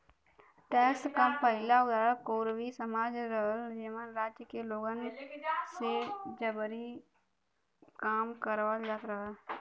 tax क पहिला उदाहरण कोरवी समाज रहल जेमन राज्य के लोगन से जबरी काम करावल जात रहल